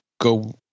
go